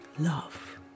love